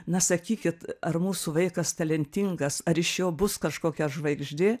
na sakykit ar mūsų vaikas talentingas ar iš jo bus kažkokia žvaigždė